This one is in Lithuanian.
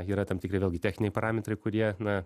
yra tam tikri vėlgi techniniai parametrai kurie na